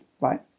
right